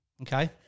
Okay